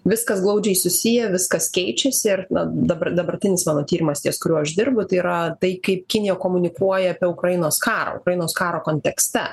viskas glaudžiai susiję viskas keičiasi ir dabar dabartinis mano tyrimas ties kuriuo aš dirbu tai yra tai kaip kinija komunikuoja apie ukrainos karo ukrainos karo kontekste